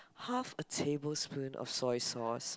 half a tablespoon of soy sauce